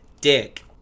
dick